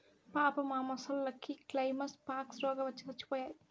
పాపం ఆ మొసల్లకి కైమస్ పాక్స్ రోగవచ్చి సచ్చిపోయాయి